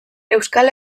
euskal